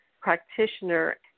practitioner